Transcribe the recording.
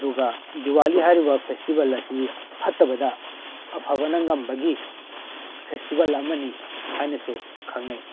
ꯑꯗꯨꯒ ꯗꯤꯋꯥꯂꯤ ꯍꯥꯏꯔꯤꯕ ꯐꯦꯁꯇꯤꯚꯦꯜ ꯑꯁꯤ ꯐꯠꯇꯕꯗ ꯑꯐꯕꯅ ꯉꯝꯕꯒꯤ ꯐꯦꯁꯇꯤꯚꯦꯜ ꯑꯃꯅꯤ ꯍꯥꯏꯅꯁꯨ ꯈꯪꯅꯩ